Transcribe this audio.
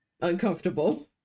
uncomfortable